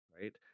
right